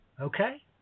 Okay